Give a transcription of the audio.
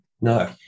no